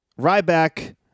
Ryback